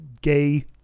gay